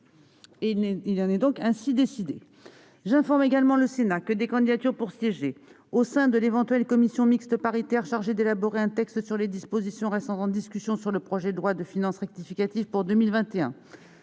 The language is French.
... Il en est ainsi décidé. J'informe le Sénat que des candidatures pour siéger au sein de l'éventuelle commission mixte paritaire chargée d'élaborer un texte sur les dispositions restant en discussion du projet de loi de finances rectificative pour 2021